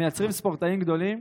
מייצרים ספורטאים גדולים.